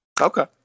Okay